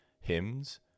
hymns